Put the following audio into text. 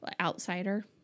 outsider